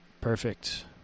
perfect